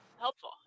helpful